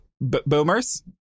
Boomers